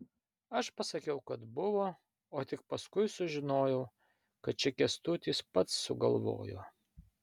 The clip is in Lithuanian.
aš pasakiau kad buvo o tik paskui sužinojau kad čia kęstutis pats sugalvojo